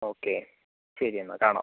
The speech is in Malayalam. ഓക്കെ ശരി എന്നാൽ കാണാം